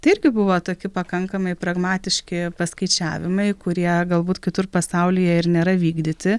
tai irgi buvo toki pakankamai pragmatiški paskaičiavimai kurie galbūt kitur pasaulyje ir nėra vykdyti